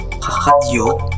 Radio